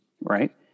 right